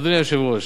אדוני היושב-ראש,